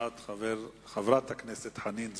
ואת חברת הכנסת חנין זועבי.